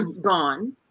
gone